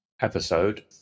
episode